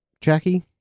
Jackie